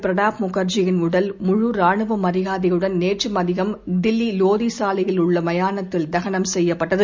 பிரணாப்முகர்ஜியின்உ டல் முழுராணுவமரியாதையுடன்நேற்றுமதியம்டெல்லிலோ கிசாலையில்உள்ளமயானத்தில்தகனம்செய்யப்பட்டது